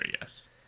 Yes